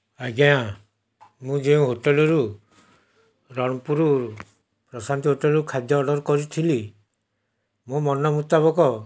ଆଜ୍ଞା ମୁଁ ଯେଉଁ ହୋଟେଲରୁ ରଣପୁର ପ୍ରଶାନ୍ତି ହୋଟେଲରୁ ଖାଦ୍ୟ ଅର୍ଡ଼ର କରିଥିଲି ମୋ ମନ ମୁତାବକ